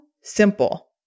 simple